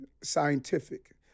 scientific